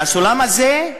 הסולם הזה,